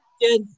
good